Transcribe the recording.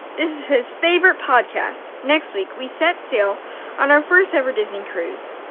this is his favorite podcast. next week, we set sail on our first-ever disney cruise.